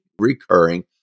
recurring